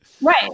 Right